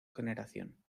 generación